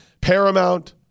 Paramount